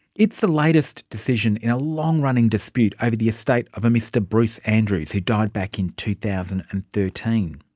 it's the latest decision in a long-running dispute over the estate of a mr bruce andrews, who died back in two thousand and thirteen.